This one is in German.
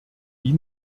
wie